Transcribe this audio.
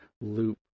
loop